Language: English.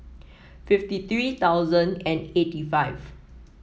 fifty three thousand and eighty five